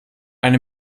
eine